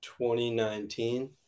2019